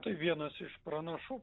tai vienas iš pranašų